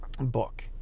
book